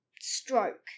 stroke